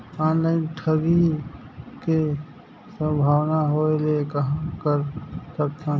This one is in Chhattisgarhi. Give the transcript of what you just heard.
ऑनलाइन ठगी के संभावना होय ले कहां कर सकथन?